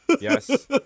Yes